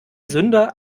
sünder